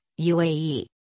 UAE